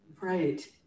Right